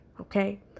Okay